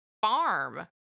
farm